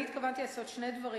אני התכוונתי לעשות שני דברים,